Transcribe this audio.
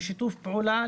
לשיתוף פעולה,